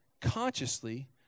consciously